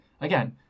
again